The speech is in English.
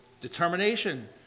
determination